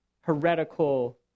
heretical